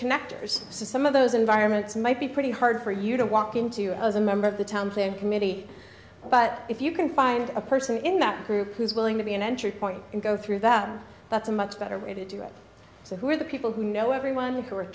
connectors so some of those environments might be pretty hard for you to walk into as a member of the town playing committee but if you can find a person in that group who's willing to be an entry point go through that that's a much better way to do it so who are the people who know everyone who